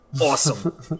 awesome